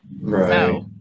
Right